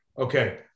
Okay